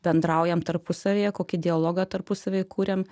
bendraujam tarpusavyje kokį dialogą tarpusavyje kuriam